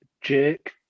jerk